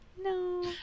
No